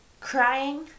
crying